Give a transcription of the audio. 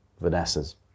Vanessa's